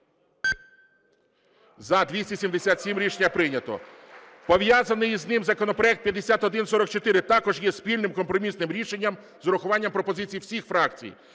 За-277 Рішення прийнято. Пов’язаний з ним законопроект 5144 також є спільним компромісним рішенням з урахуванням пропозицій всіх фракцій.